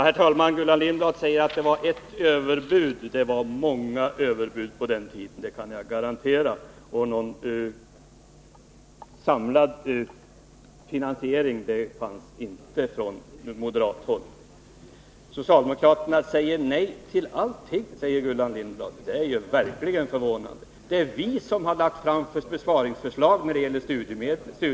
Herr talman! Gullan Lindblad säger att det förekom ett överbud. Det var många överbud på den tiden — det kan jag garantera. Någon samlad finansiering föreslogs inte från moderat håll. Socialdemokraterna säger nej till allting, påstår Gullan Lindblad. Det är ju verkligen förvånande. Det är vi som lagt fram besparingsförslag när det gäller studiestödsområdet.